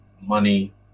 money